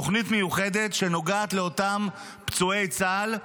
תוכנית מיוחדת שנוגעת לאותם פצועי צה"ל,